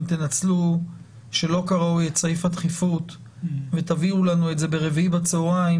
תנצלו שלא כראוי את סעיף הדחיפות ותביאו לנו את זה ברביעי בצהריים,